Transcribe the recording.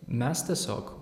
mes tiesiog